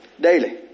daily